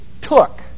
took